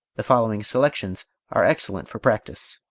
the following selections are excellent for practise.